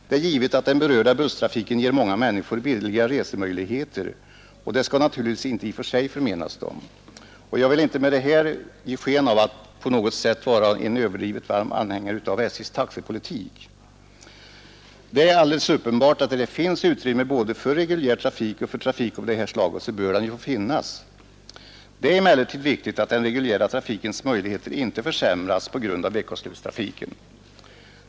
Det är givet att den berörda busstrafiken ger många människor billiga resemöjligheter, och det skall naturligtvis inte i och för sig förmenas dem. Jag vill inte med detta ge sken av att på något sätt vara en överdrivet varm anhängare av SJ:s taxepolitik. Det är uppenbart att där det finns utrymme både för reguljär trafik och för trafik av det här slaget bör den få finnas. Det är emellertid viktigt att den reguljära trafikens möjligheter inte försämras på grund av veckoslutstrafiken.